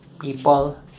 People